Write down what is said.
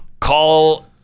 call